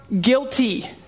guilty